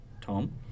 Tom